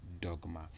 dogma